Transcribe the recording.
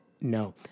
No